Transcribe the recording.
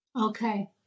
Okay